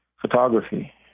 photography